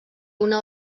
una